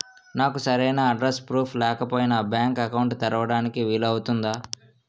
నాకు సరైన address proof లేకపోయినా బ్యాంక్ అకౌంట్ తెరవడానికి వీలవుతుందా?